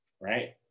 Right